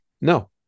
no